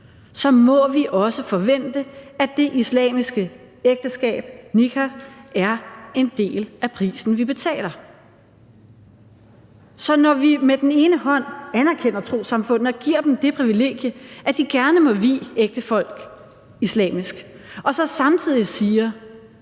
så må vi også forvente, at det islamiske ægteskab, nikkah, er en del af prisen, vi betaler. Så når vi med den ene hånd anerkender trossamfundene og giver dem det privilegie, at de gerne må vie ægtefolk islamisk, og så samtidig siger,